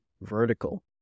vertical